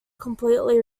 completely